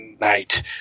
night